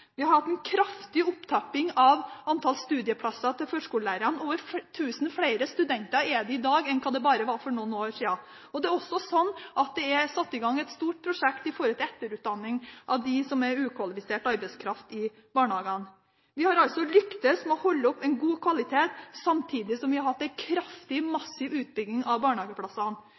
Vi har hatt en kraftig opptrapping av antallet studieplasser til førskolelærere. Det er over 1 000 flere studenter i dag enn det var for bare noen år siden. Det er også satt i gang et stort prosjekt for etterutdanning av ufaglært arbeidskaft i barnehagene. Vi har altså lyktes med å holde oppe en god kvalitet samtidig som vi har hatt en kraftig og massiv utbygging av barnehageplassene.